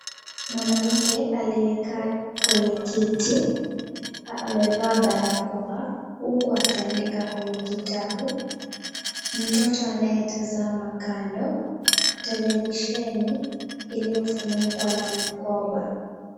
Mwanamke aliyekaa kwenye kiti amevaa barakoa huku akiandika kwenye kitabu. Mtoto anayetazama kando, televisheni iliyofunikwa na mkoba.